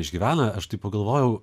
išgyvena aš taip pagalvojau